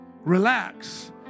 Relax